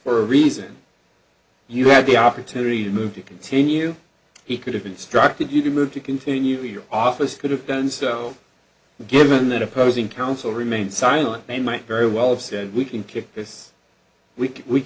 for a reason you have the opportunity to move to continue he could have instructed you to move to continue your office could have done so given that opposing counsel remained silent they might very well have said we can kick this week we